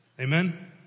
Amen